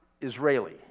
Israeli